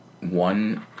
one